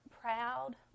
proud